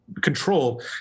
control